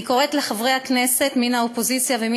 אני קוראת לחברי הכנסת מן האופוזיציה ומן